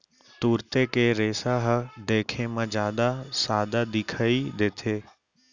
तुरते के रेसा ह देखे म जादा सादा दिखई देथे